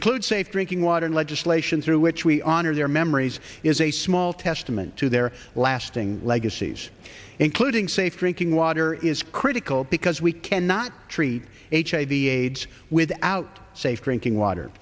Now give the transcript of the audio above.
include safe drinking water and legislation through which we honor their memories is a small testament to their lasting legacies including safe drinking water is critical because we cannot treat hiv aids without safe drinking water